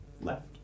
left